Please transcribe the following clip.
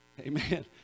Amen